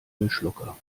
müllschlucker